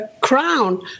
crown